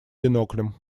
биноклем